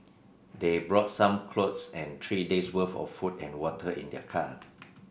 they brought some clothes and three days worth of food and water in their car